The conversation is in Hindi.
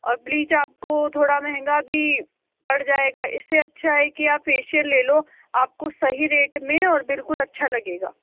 और ब्लीच आपको थोड़ा महंगा भी पड़ जायेगा इससे अच्छा है की आप फेसिअल ले लो आपको सही रेट में और बिलकुल अच्छा लगेगा